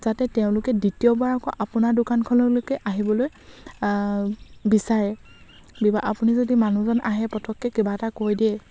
যাতে তেওঁলোকে দ্বিতীয়বাৰ আকৌ আপোনাৰ দোকানখনলৈকে আহিবলৈ বিচাৰে ব্যৱ আপুনি যদি মানুহজন আহে পটককৈ কিবা এটা কৈ দিয়ে